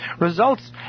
results